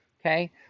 okay